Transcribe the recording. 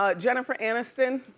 ah jennifer aniston.